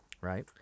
right